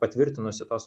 patvirtinusi tos